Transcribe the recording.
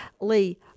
Lee